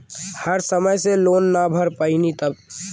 हम समय से लोन ना भर पईनी तब?